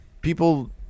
people